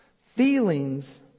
Feelings